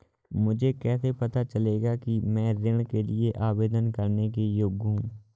मुझे कैसे पता चलेगा कि मैं ऋण के लिए आवेदन करने के योग्य हूँ?